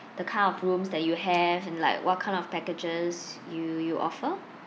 the kind of rooms that you have and like what kind of packages you you offer